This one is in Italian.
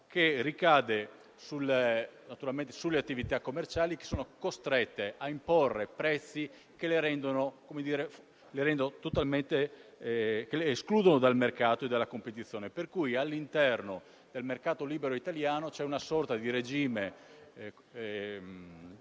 naturalmente sulle attività commerciali che sono costrette a imporre prezzi che le escludono dal mercato e dalla competizione. All'interno del mercato libero italiano, pertanto, c'è una sorta di regime costruito